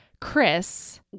Chris